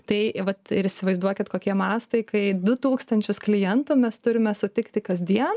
tai vat ir įsivaizduokit kokie mastai kai du tūkstančius klientų mes turime sutikti kasdien